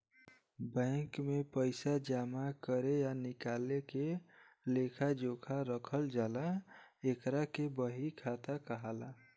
bank में पइसा जामा करे आ निकाले के लेखा जोखा रखल जाला एकरा के बही खाता कहाला